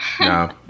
No